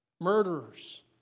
murderers